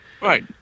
Right